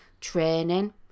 training